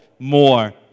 more